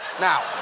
Now